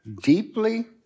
deeply